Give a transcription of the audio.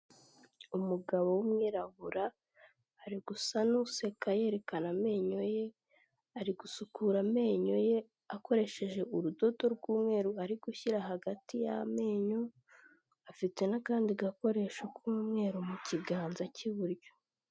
Umugabo w'umwirabura ari gusa n'useka yerekana amenyo ye, ari gusukura amenyo ye akoresheje urudodo rw'umweru ari gushyira hagati y'amenyo, afite n'akandi gakoresho k'umweru mu kiganza cy'iburyo.